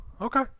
okay